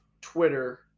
Twitter